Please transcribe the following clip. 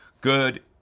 Good